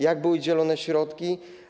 Jak były dzielone środki?